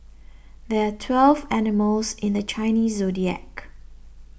there are twelve animals in the Chinese zodiac